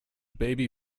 baby